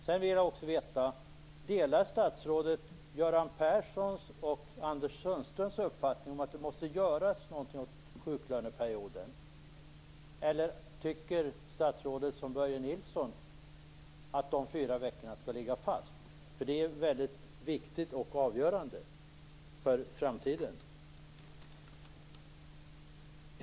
Jag vill också fråga: Delar statsrådet Göran Perssons och Anders Sundströms uppfattning om att något måste göras åt sjuklöneperioden, eller tycker statsrådet som Börje Nilsson, att de fyra veckorna skall ligga fast? Detta är mycket viktigt och avgörande för framtiden.